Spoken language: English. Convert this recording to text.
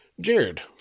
Jared